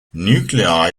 nuclei